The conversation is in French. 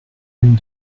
une